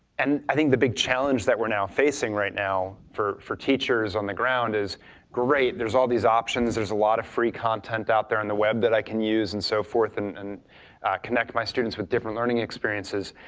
and i think the big challenge that we're now facing right now for for teachers on the ground is great, there's all these options, there's a lot of free content out there on the web that i can use and so forth and then and connect my students with different learning experiences,